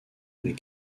mais